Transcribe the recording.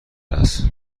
است